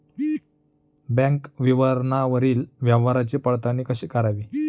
Bank विवरणावरील व्यवहाराची पडताळणी कशी करावी?